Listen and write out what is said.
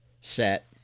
set